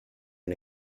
and